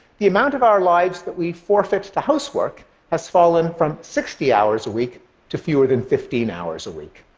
the amount of our lives that we forfeit to housework has fallen from sixty hours a week to fewer than fifteen hours a week.